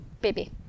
Baby